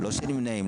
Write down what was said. לא שנמנעים,